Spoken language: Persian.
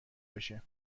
بشه